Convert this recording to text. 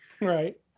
right